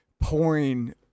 pouring